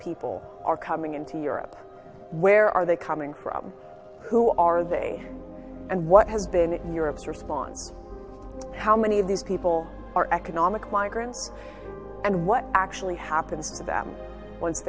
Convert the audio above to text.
people are coming into europe where are they coming from who are they and what has been in europe's response how many of these people are economic migrants and what actually happens to them once